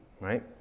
right